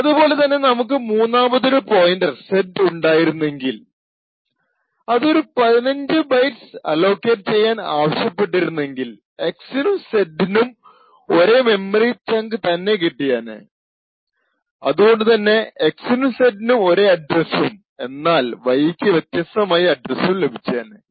അതുപോലെ തന്നെ നമുക്ക് മൂന്നാമതൊരു പോയിന്റർ Z ഉണ്ടായിരുന്നെങ്കിൽ അത് ഒരു 15 ബൈറ്റ്സ് അലോക്കേറ്റ് ചെയ്യാൻ ആവശ്യപെട്ടിരുന്നെങ്കിൽ X നും Z നും ഒരേ മെമ്മറി ചങ്ക് തന്നെ കിട്ടിയേനെ അതുകൊണ്ടു തന്നെ X നും Z നും ഒരേ അഡ്രസ്സും എന്നാൽ Y ക്ക് വ്യത്യസ്താമായ അഡ്രസ്സും ലഭിച്ചേനെ